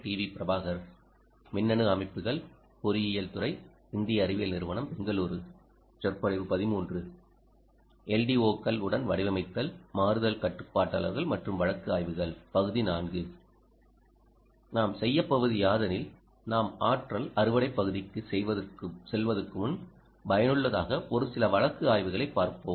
ஓக்கள் உடன் வடிவமைத்தல் மாறுதல் கட்டுப்பாட்டாளர்கள் மற்றும் வழக்கு ஆய்வுகள் பகுதி IV நாம் செய்யப்போவது யாதெனில் நாம் ஆற்றல் அறுவடை பகுதிக்கு செல்வதற்கு முன் பயனுள்ளதாக ஒரு சில வழக்கு ஆய்வுகளைப் பார்ப்போம்